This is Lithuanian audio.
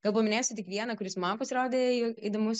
gal paminėsiu tik vieną kuris man pasirodė įdomus